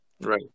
Right